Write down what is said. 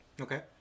Okay